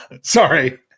Sorry